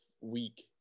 week